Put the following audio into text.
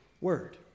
word